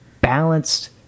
balanced